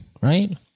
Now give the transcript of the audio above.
right